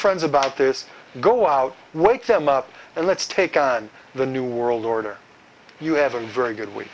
friends about this go out wake them up and let's take on the new world order you have a very good w